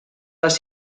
les